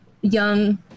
young